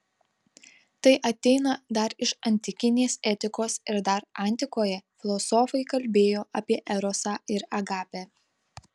tai ateina dar iš antikinės etikos ir dar antikoje filosofai kalbėjo apie erosą ir agapę